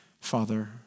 Father